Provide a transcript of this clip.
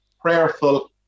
prayerful